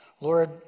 Lord